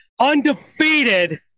undefeated